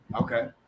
Okay